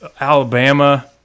Alabama